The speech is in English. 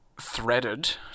threaded